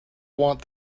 want